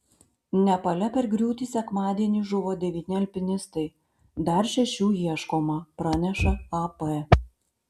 nepale per griūtį sekmadienį žuvo devyni alpinistai dar šešių ieškoma praneša ap